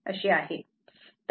29 आहे